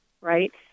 Right